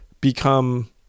become